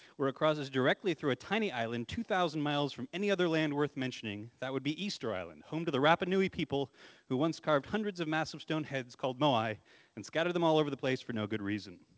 where it crosses directly through tiny island two thousand miles from any other land worth mentioning. that would be easter island, home to the rapa nui people who once carved one hundred s of massive stone heads called moai and scattered them all over the place for no good reason.